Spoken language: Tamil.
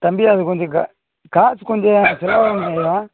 தம்பி அது கொஞ்சம் க காசு கொஞ்சம் செலவாகுமேய்யா